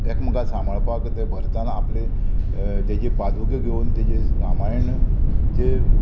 एकमेकाक सांबाळपाक तें भरतान आपले तेजी पादुक्या घेवन तेजे रामायण चे